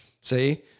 See